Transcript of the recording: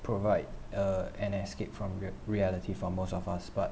provide uh an escape from rea~ reality for most of us but